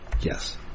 Yes